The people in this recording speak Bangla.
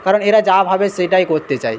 কারণ এরা যা ভাবে সেটাই করতে চায়